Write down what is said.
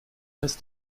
heißt